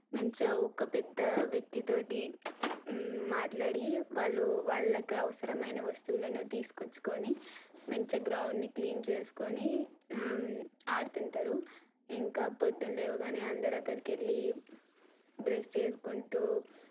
మంచిగా ఒక పెద్ద వ్యక్తి తోటి మాట్లాడి వాళ్ళు వాళ్ళకు అవసరమైన వస్తువులను తీసుకొచ్చుకొని మంచి గ్రౌండ్ని క్లీన్ చేసుకోని ఆడుతుంటారు ఇంకా పొద్దున లేవగానే అందరు అక్కడికి వెళ్ళి బ్రెష్ చేసుకుంటూ